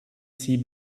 see